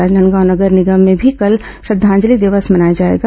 राजनादगांव नगर निगम में भी कल श्रद्धांजलि दिवस मनाया जाएगा